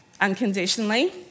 unconditionally